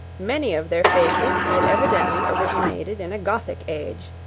many of their faces had evidently originated in a gothic age,